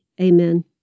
Amen